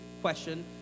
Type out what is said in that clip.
question